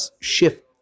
shift